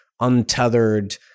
untethered